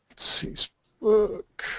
sees look